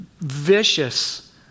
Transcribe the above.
vicious